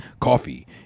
coffee